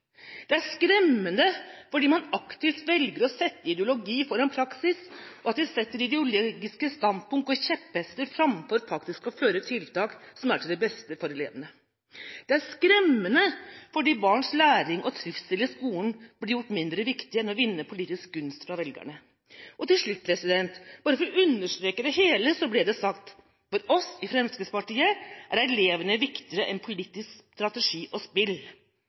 Det er skremmende fordi man aktivt velger å sette ideologi foran praksis, at de setter ideologiske standpunkt og rir kjepphester framfor faktisk å føre tiltak som er til det beste for elevene. Det er skremmende fordi barns læring og trivsel i skolen blir gjort mindre viktig enn å vinne politisk gunst for velgerne.» Og til slutt, bare for å understreke det hele, ble det sagt: «For oss i Fremskrittspartiet er elevene viktigere enn politisk strategi og spill.